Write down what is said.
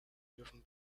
dürfen